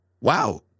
wow